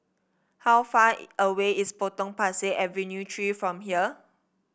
how far away is Potong Pasir Avenue Three from here